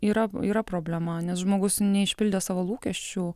yra yra problema nes žmogus neišpildė savo lūkesčių